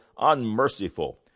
unmerciful